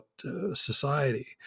society